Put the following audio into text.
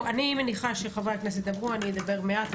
אני מניחה שחברי הכנסת ידברו, אני אדבר מעט.